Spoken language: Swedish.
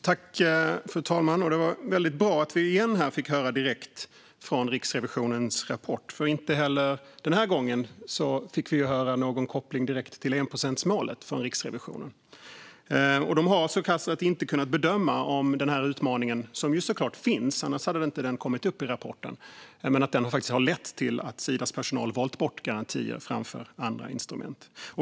Fru talman! Det var väldigt bra att vi än en gång fick höra direkt från Riksrevisionens rapport. Inte heller denna gång fick vi höra någon direkt koppling från Riksrevisionen till enprocentsmålet. Man har inte kunnat bedöma om denna utmaning - som såklart finns, annars hade den inte kommit upp i rapporten - faktiskt har lett till att Sidas personal valt bort garantier till förmån för andra instrument.